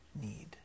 need